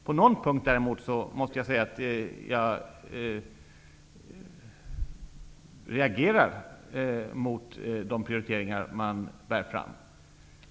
På någon punkt reagerar jag dock mot Socialdemokraternas prioriteringar.